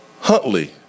Huntley